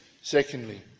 Secondly